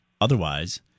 Otherwise